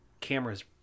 cameras